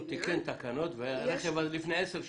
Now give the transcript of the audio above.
הוא תיקן תקנות והרכב מלפני עשר שנים.